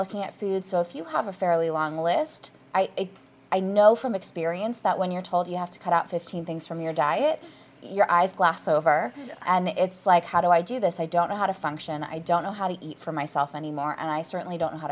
looking at food so if you have a fairly long list i know from experience that when you're told you have to cut out fifteen things from your diet your eyes glass over and it's like how do i do this i don't know how to function i don't know how to eat for myself anymore and i certainly don't know how